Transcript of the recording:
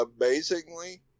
Amazingly